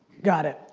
got it,